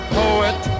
poet